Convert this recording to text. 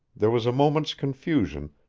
there was a moment's confusion,